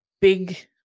big